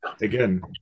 again